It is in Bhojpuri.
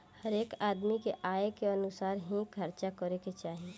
हरेक आदमी के आय के अनुसार ही खर्चा करे के चाही